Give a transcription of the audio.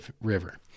River